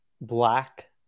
black